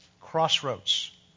Crossroads